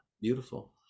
Beautiful